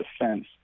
Defense